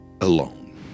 alone